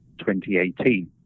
2018